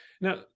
Now